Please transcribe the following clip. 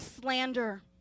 slander